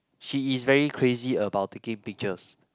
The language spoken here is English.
she is very crazy about taking pictures